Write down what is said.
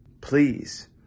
Please